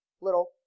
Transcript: little